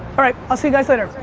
alright, i'll see you guys later.